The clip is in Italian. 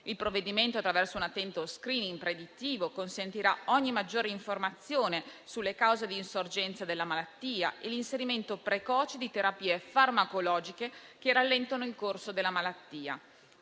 Il provvedimento, attraverso un attento *screening* predittivo, consentirà una maggiore informazione sulle cause di insorgenza della malattia e l'inserimento precoce di terapie farmacologiche che ne rallentano il corso. Altrettanta